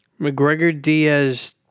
McGregor-Diaz